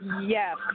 Yes